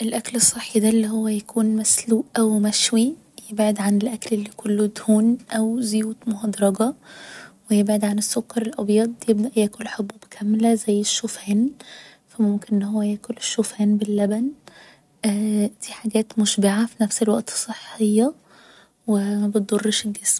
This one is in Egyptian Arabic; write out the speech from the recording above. الأكل الصحي ده اللي هو يكون مسلوق او مشوي يبعد عن الأكل اللي كله دهون او زيوت مهدرجة و يبعد عن السكر الأبيض يبدأ يأكل حبوب كاملة زي الشوفان فممكن أن هو يأكل الشوفان باللبن دي حاجات مشبعة و في نفس الوقت صحية و مبتضرش الجسم